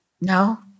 no